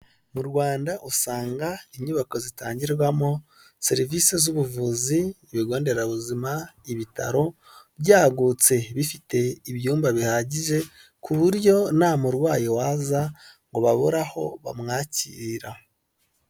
Mu Rwanda usanga inyubako zitangirwamo serivisi z'ubuvuzi, ibigo nderabuzima, ibitaro byagutse bifite ibyumba bihagije ku buryo nta murwayi waza ngo babonere aho bamwakira.